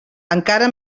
encara